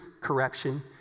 correction